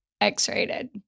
X-rated